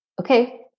okay